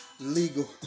legal